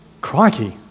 crikey